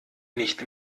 nicht